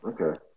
Okay